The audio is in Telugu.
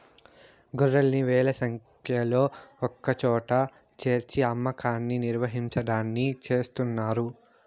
గొర్రెల్ని వేల సంఖ్యలో ఒకచోట చేర్చి అమ్మకాన్ని నిర్వహించడాన్ని చేస్తున్నారు